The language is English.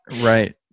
Right